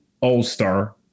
all-star